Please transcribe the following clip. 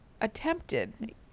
attempted